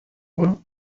tova